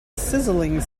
sizzling